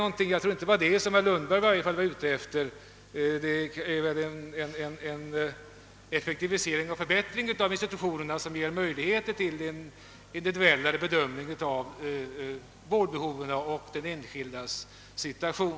Hur som helst tror jag inte att fröken Ljungberg var ute efter detsamma som herr Lundberg. Och det är väl en effektivisering och förbättring av institutionerna som möjliggör en mera individuell bedömning av vårdbehoven och av den enskildes situation.